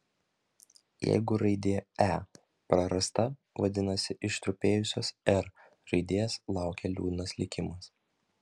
jeigu raidė e prarasta vadinasi ištrupėjusios r raidės laukia liūdnas likimas